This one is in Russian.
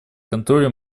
контроля